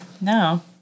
No